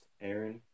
Aaron